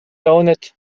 daonet